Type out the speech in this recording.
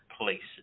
places